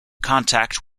contact